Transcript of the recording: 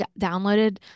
downloaded